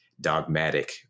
dogmatic